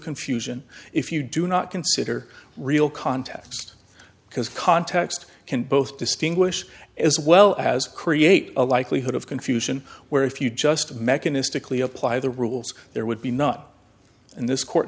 confusion if you do not consider real context because context can both distinguish as well as create a likelihood of confusion where if you just mechanistically apply the rules there would be not in this court